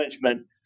management